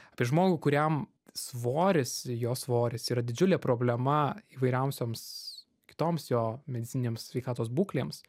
apie žmogų kuriam svoris jo svoris yra didžiulė problema įvairiausioms kitoms jo medicininėms sveikatos būklėms